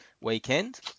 weekend